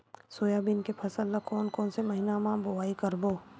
Soybean के फसल ल कोन कौन से महीना म बोआई करबो?